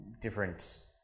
different